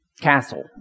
castle